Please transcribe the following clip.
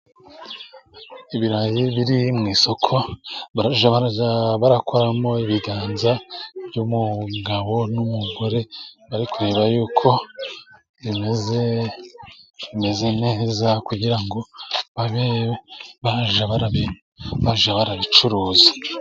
Ibirayi biri mu isoko barakoramo ibiganza by'umugabo n'umugore, bari kureba yuko bimeze neza kugira ngo bajye babicuruza.